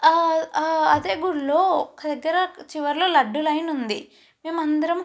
అదే గుళ్ళో ఒక దగ్గర చివరిలో లడ్డూ లైన్ ఉంది మేమందరం